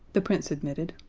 the prince admitted.